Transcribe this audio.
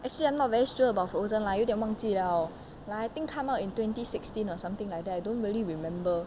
actually I'm not very sure about frozen lah 有点忘记 liao like I think come out in twenty sixteen or something like that I don't really remember